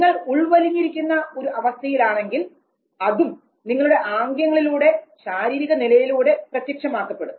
നിങ്ങൾ ഉൾവലിഞ്ഞിരിക്കുന്ന ഒരു അവസ്ഥയിലാണെങ്കിൽ അതും നിങ്ങളുടെ ആംഗ്യങ്ങളിലൂടെയും ശാരീരിക നിലയിലൂടെയും പ്രത്യക്ഷമാക്കപ്പെടും